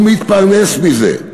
הוא מתפרנס מזה,